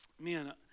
man